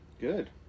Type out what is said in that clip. Good